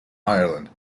ireland